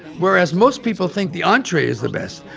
whereas most people think the entree is the best,